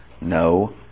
No